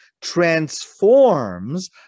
transforms